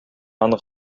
аны